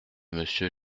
monsieur